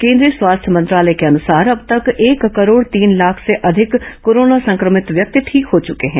केन्द्रीय स्वास्थ्य मंत्रालय के अनुसार अब तक एक करोड़ तीन लाख से अधिक कोरोना संक्रभित व्यक्ति ठीक हो चुके हैं